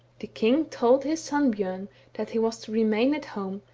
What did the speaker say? the king told his son bjorn that he was to remain at home,